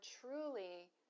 truly